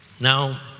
Now